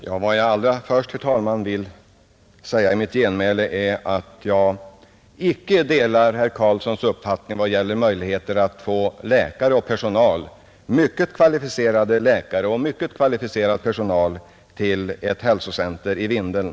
Herr talman! Allra först vill jag säga i mitt genmäle att varken Umeå universitet eller jag delar herr Karlssons uppfattning vad gäller möjligheterna att få läkare och annan kvalificerad personal — även mycket kvalificerade läkare och annan mycket kvalificerad personal — till ett hälsocentrum i Vindeln.